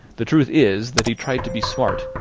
the truth is, that he tried to be smart,